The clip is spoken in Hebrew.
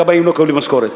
הכבאים לא מקבלים משכורת.